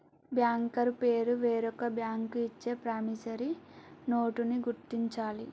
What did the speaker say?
banker పేరు వేరొక bank ఇచ్చే ప్రామిసరీ నోటుని గుర్తించాలి